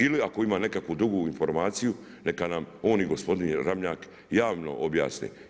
Ili ako ima nekakvu drugu informaciju neka nam on i gospodin Ramljak javno objasne.